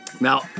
Now